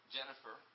Jennifer